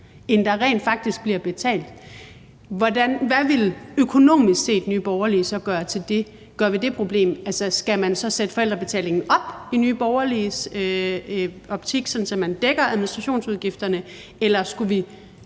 end der rent faktisk bliver betalt, hvad vil Nye Borgerlige så økonomisk set gøre ved det problem? Skal man så sætte forældrebetalingen op i Nye Borgerliges optik, sådan at man dækker administrationsudgifterne, eller skulle vi